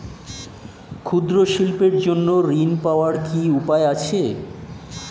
ক্ষুদ্র শিল্পের জন্য ঋণ পাওয়ার কি উপায় আছে?